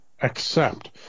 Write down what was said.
Accept